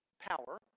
power